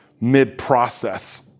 mid-process